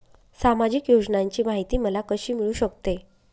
सामाजिक योजनांची माहिती मला कशी मिळू शकते?